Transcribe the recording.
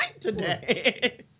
today